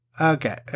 Okay